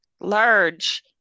large